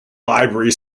library